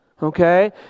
Okay